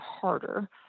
harder